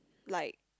like